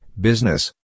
Business